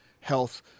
health